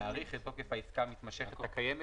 להאריך את תוקף העסקה המתמשכת הקיימת,